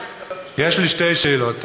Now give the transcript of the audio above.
יש לי שתי שאלות,